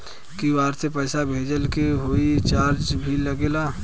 QR से पैसा भेजला के कोई चार्ज भी लागेला?